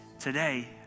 Today